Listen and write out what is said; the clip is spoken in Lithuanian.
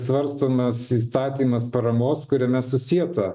svarstomas įstatymas paramos kuriame susieta